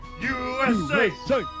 USA